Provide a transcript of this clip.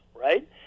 right